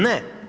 Ne.